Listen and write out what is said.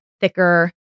thicker